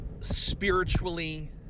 spiritually